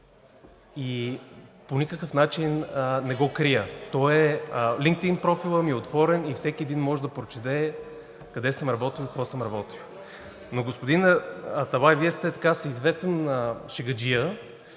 и по никакъв начин не го крия. LinkedIn профилът ми е отворен и всеки един може да прочете къде съм работил и какво съм работил. Господин Аталай, Вие сте един всеизвестен шегаджия,